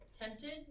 tempted